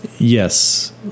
Yes